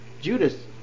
judas